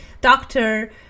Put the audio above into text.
doctor